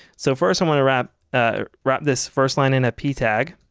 so first i want to wrap ah wrap this first line in a p tag.